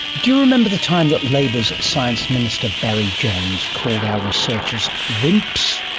do you remember the time that labor's science minister barry jones called our researchers wimps,